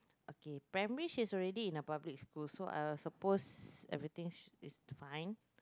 okay primary she is already in the public school so I will suppose everything is fine